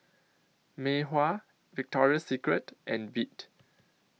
Mei Hua Victoria Secret and Veet